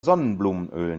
sonnenblumenöl